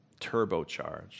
turbocharged